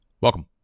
Welcome